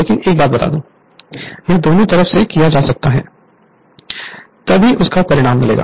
लेकिन एक बात बता दूं यह दोनों तरफ से किया जा सकता है तभी उसका परिणाम मिलेगा